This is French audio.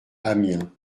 amiens